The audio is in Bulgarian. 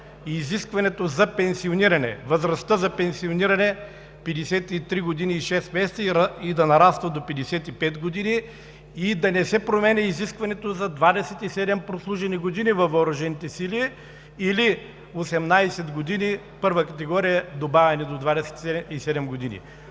изискването за пенсиониране, възрастта за пенсиониране –53 години и 6 месеца да нараства до 55 години, и да не се променя изискването за 27 прослужени години във въоръжените сили, или 18 години първа категория, добавени до 27 години.